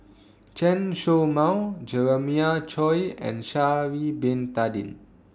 Chen Show Mao Jeremiah Choy and Sha'Ari Bin Tadin